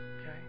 Okay